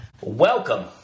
Welcome